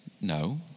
No